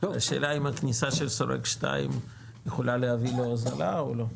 לא השאלה אם הכניסה של שורק 2 יכולה להביא להוזלה או לא?